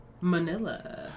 Manila